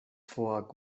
forts